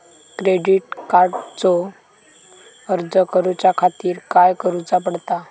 Credit कार्डचो अर्ज करुच्या खातीर काय करूचा पडता?